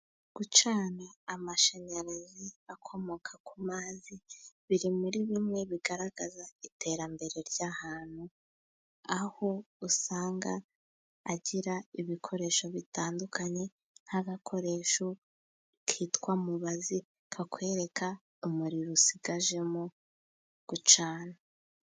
Gucana amashanyarazi akomoka ku mazi, biri muri bimwe bigaragaza iterambere ry'ahantu. Aho usanga agira ibikoresho bitandukanye nk'agakoresho kitwa mubazi, kakwereka umuriro usigaje mu gucana.